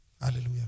Hallelujah